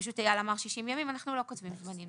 פשוט אייל אמר 60 ימים, אנחנו לא קוצבים ימים.